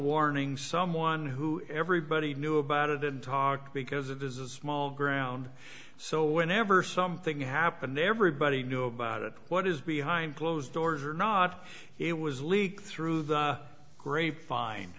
warning someone who everybody knew about it didn't talk because it is a small ground so whenever something happened everybody knew about it what is behind closed doors or not it was leaked through the grapevine